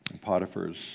Potiphar's